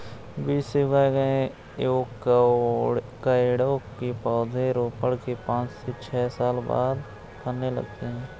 बीज से उगाए गए एवोकैडो के पौधे रोपण के पांच से छह साल बाद फलने लगते हैं